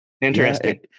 Interesting